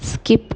skip